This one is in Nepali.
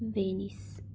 भेनिस